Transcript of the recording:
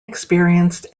experienced